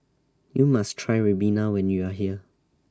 YOU must Try Ribena when YOU Are here